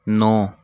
नौ